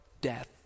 death